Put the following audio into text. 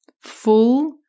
Full